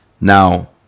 Now